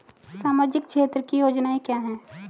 सामाजिक क्षेत्र की योजनाएं क्या हैं?